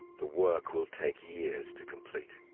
the work will take years to complete